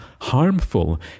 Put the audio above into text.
harmful